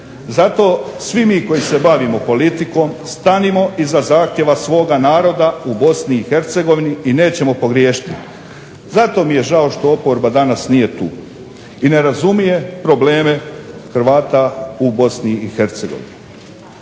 Zato svi mi koji se bavimo politikom stanimo iza zahtjeva svoga naroda u BiH i nećemo pogriješiti. Zato mi je žao što oporba danas nije tu i ne razumije probleme Hrvata u BiH.